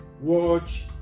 watch